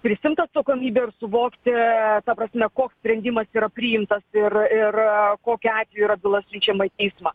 prisiimt atsakomybę ir suvokti a ta prasme koks sprendimas yra priimtas ir ir kokiu atveju yra byla siunčiama į teismą